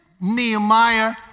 Nehemiah